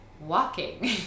walking